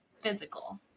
physical